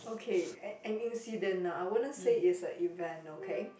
okay an an incident ah I wouldn't say it's a event okay